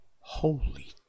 Holy